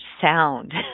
sound